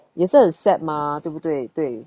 也是很 sad 吗对不对对